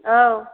औ